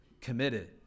committed